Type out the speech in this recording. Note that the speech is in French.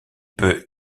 peut